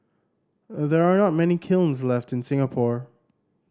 there are not many kilns left in Singapore